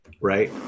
right